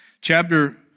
Chapter